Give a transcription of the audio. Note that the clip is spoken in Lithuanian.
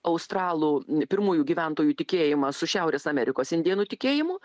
australų pirmųjų gyventojų tikėjimą su šiaurės amerikos indėnų tikėjimu